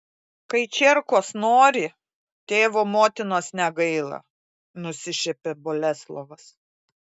kai čierkos nori tėvo motinos negaila nusišiepė boleslovas